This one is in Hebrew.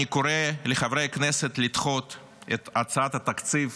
אני קורא לחברי הכנסת לדחות את הצעת התקציב